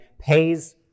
pays